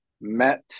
met